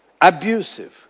abusive